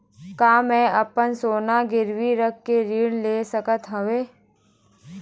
का मैं अपन सोना गिरवी रख के ऋण ले सकत हावे?